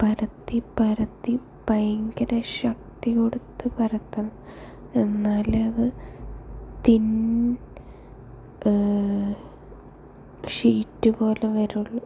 പരത്തി പരത്തി ഭയങ്കര ശക്തി കൊടുത്ത് പരത്തണം എന്നാലേ അത് തിൻ ഷീറ്റ് പോലെ വരുള്ളൂ